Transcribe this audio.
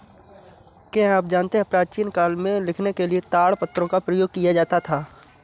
क्या आप जानते है प्राचीन काल में लिखने के लिए ताड़पत्रों का प्रयोग किया जाता था?